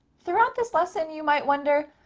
throughout this lesson you might wonder,